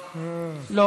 לא,